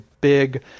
big